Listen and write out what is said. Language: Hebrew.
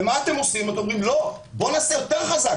ואתם אומרים: נעשה יותר חזק.